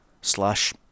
slash